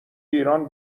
ایران